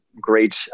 great